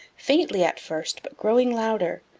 faintly at first but growing louder,